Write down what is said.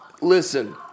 Listen